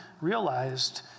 realized